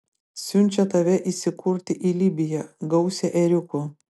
siunčia tave įsikurti į libiją gausią ėriukų